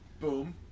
boom